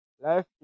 Life